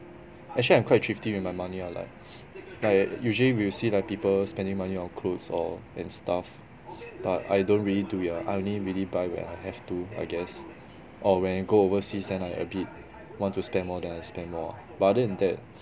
actually I'm quite thrifty with my money [one] lah like usually we will see like people spending money on clothes or and stuff but I don't really do it lah I only really buy when I have to I guess or when I go overseas then I a bit want to spend more then I spend more ah but other than that